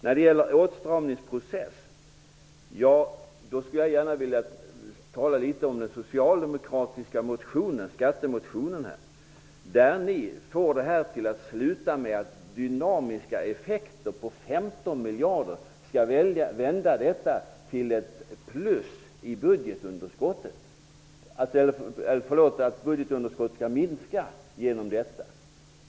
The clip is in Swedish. När det gäller åtstramningsprocessen skulle jag vilja tala litet om den socialdemokratiska skattemotionen. I den slutar ni med att påstå att dynamiska effekter på 15 miljarder skall minska budgetunderskottet.